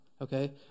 Okay